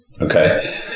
Okay